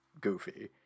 goofy